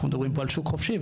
אנחנו מדברים פה על שוק חופשי,